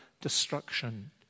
destruction